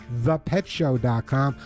ThePetShow.com